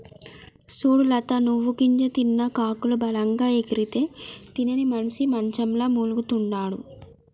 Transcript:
సూడు లత నువ్వు గింజ తిన్న కాకులు బలంగా ఎగిరితే తినని మనిసి మంచంల మూల్గతండాడు